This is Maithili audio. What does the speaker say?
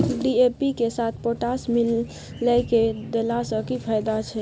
डी.ए.पी के साथ पोटास मिललय के देला स की फायदा छैय?